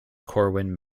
corwin